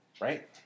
Right